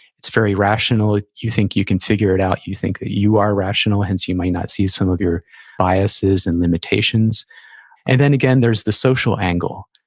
it's very rational, you think you can figure it out, you think that you are rational, hence you might not see some of your biases and limitations and then again, there's the social angle.